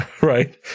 right